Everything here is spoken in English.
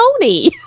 Tony